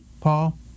paul